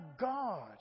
God